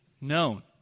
known